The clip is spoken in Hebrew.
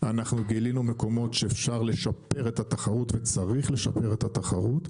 אנחנו גילינו מקומות שאפשר לשפר את התחרות וצריך לשפר את התחרות,